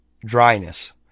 dryness